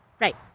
right